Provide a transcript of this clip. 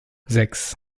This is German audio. sechs